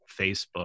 facebook